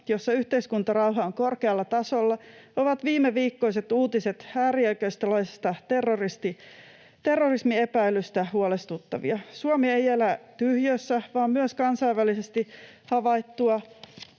jossa yhteiskuntarauha on korkealla tasolla, ovat viimeviikkoiset uutiset äärioikeistolaisesta terrorismiepäilystä huolestuttavia. Suomi ei elä tyhjiössä, vaan myös kansainvälisesti havaittua